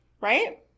Right